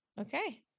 Okay